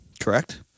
Correct